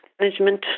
management